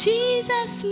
Jesus